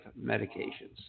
medications